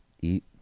eat